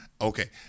Okay